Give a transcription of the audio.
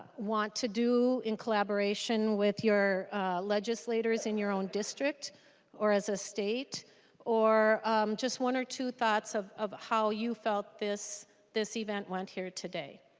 want to do in collaboration with your legislators and your own district or as a state or just one or two thoughts of of how you felt this this event went here today.